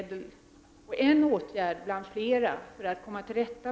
Det är detta resultat som skall nås.